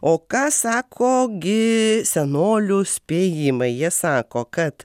o ką sako gi senolių spėjimai jie sako kad